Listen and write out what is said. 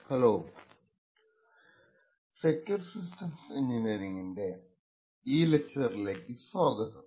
hello secure systems എൻജിനീയറിങ്ങിന്റെ ഈ ലെക്ച്ചറിലേക്കു സ്വാഗതം